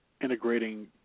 integrating